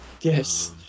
Yes